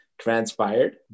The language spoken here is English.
transpired